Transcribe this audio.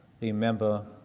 remember